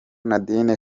nadine